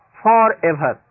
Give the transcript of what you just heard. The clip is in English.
forever